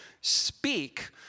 speak